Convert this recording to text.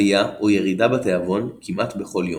עליה או ירידה בתיאבון כמעט בכל יום.